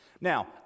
Now